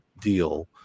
deal